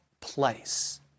place